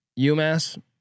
UMass